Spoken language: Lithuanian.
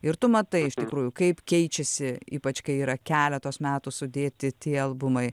ir tu matai iš tikrųjų kaip keičiasi ypač kai yra keletos metų sudėti tie albumai